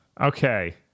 okay